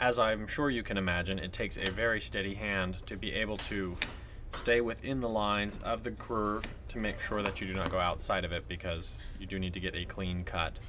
as i'm sure you can imagine it takes a very steady hand to be able to stay within the lines of the current to make sure that you do not go outside of it because you do need to get a clean cut